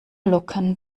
lockern